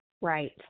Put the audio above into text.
right